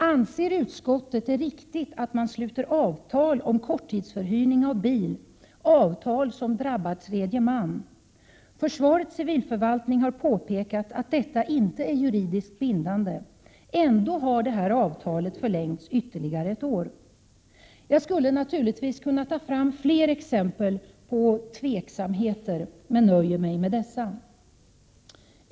Anser utskottet att det är riktigt att avtal sluts om korttidsförhyrning av bil, dvs. avtal som drabbar tredje man? Försvarets civilförvaltning har påpekat att detta inte är juridiskt bindande, men avtalet har trots detta förlängts ytterligare ett år. Jag skulle naturligtvis kunna ta fram flera exempel på tveksamheter, men jag nöjer mig med dessa.